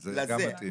זה גם מתאים.